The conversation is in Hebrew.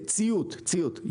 ציות, ציות.